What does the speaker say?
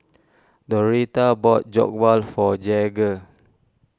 Doretha bought Jokbal for Jagger